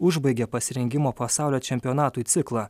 užbaigia pasirengimo pasaulio čempionatui ciklą